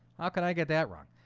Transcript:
how could i get that wrong?